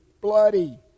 bloody